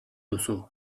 duzu